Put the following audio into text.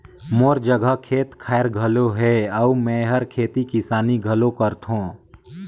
मोर जघा खेत खायर घलो हे अउ मेंहर खेती किसानी घलो करथों